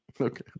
Okay